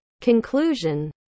Conclusion